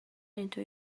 into